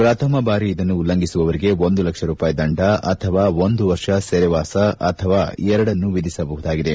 ಪ್ರಥಮ ಬಾರಿ ಇದನ್ನು ಉಲ್ಲಂಘಿಸುವವರಿಗೆ ಒಂದು ಲಕ್ಷ ರೂಪಾಯಿ ದಂಡ ಅಥವಾ ಒಂದು ವರ್ಷ ಸೆರೆವಾಸ ಅಥವಾ ಎರಡನ್ನೂ ವಿಧಿಸಬಹುದಾಗಿದೆ